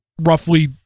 roughly